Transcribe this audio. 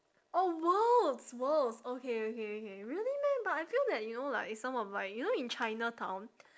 oh world's world's okay okay okay really meh but I feel that you know like some of like you know in chinatown